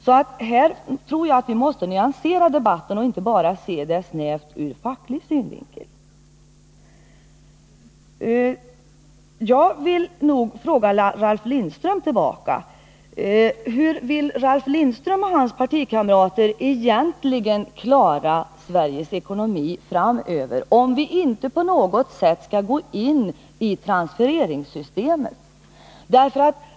Jag tror alltså att vi måste nyansera debatten och inte bara se frågorna ur snävt facklig synvinkel. Jag vill ställa en fråga till Ralf Lindström: Hur vill Ralf Lindström och hans partikamrater egentligen klara Sveriges ekonomi framöver om vi inte på något sätt skall gå in i transfereringssystemet?